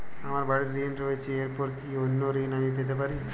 আমার বাড়ীর ঋণ রয়েছে এরপর কি অন্য ঋণ আমি পেতে পারি?